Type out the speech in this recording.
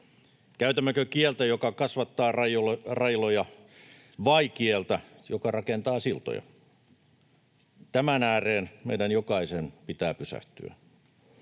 Käytämmekö kieltä, joka kasvattaa railoja, vai kieltä, joka rakentaa siltoja? Tämän ääreen meidän jokaisen pitää pysähtyä.